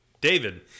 David